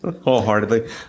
wholeheartedly